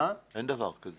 אין דבר כזה.